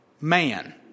man